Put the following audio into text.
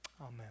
Amen